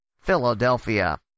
Philadelphia